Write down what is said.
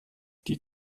die